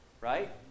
right